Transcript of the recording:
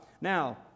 Now